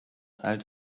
teil